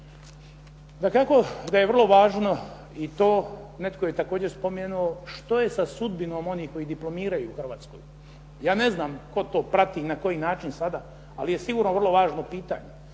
Dakako da je vrlo važno i to, netko je također spomenuo što je sa sudbinom onih koji diplomiraju u Hrvatskoj. Ja ne znam tko to prati na koji način sada, ali je sigurno puno važno pitanje.